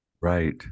Right